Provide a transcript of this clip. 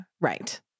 Right